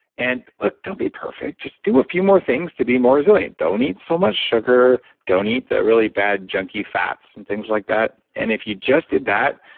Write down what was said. and like don't be perfect, just do a few more things to be more resilient. don't eat so much sugar, don't eat the really bad junkie fats and things. like and if you just did that,